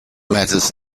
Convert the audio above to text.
matters